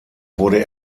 wurde